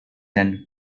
and